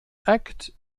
act